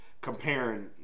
comparing